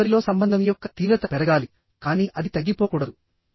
దాని చివరిలో సంబంధం యొక్క తీవ్రత పెరగాలి కానీ అది తగ్గిపోకూడదు